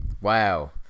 Wow